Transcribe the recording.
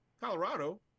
Colorado